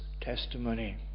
testimony